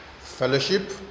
fellowship